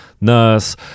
nurse